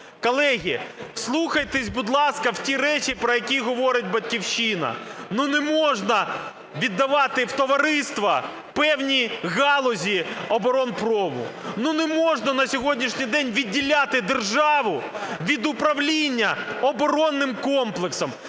Колеги, вслухайтеся, будь ласка, в ті речі, про які говорить "Батьківщина". Ну, не можна віддавати в товариства певні галузі оборонпрому. Ну, не можна на сьогоднішній день відділяти державу від управління оборонним комплексом.